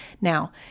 Now